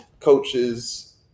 coaches